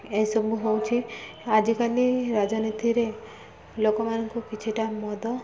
ଏସବୁ ହେଉଛି ଆଜିକାଲି ରାଜନୀତିରେ ଲୋକମାନଙ୍କୁ କିଛିଟା ମଦ